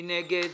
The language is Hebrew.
מי נגד?